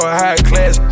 high-class